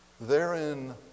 therein